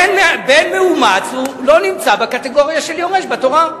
בן מאומץ לא נמצא בקטגוריה של יורש בתורה.